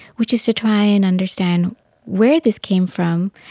which is to try and understand where this came from.